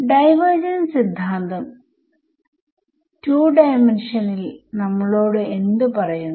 divergence സിദ്ധാന്തം 2D യിൽ നമ്മളോട് എന്ത് പറയുന്നു